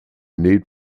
need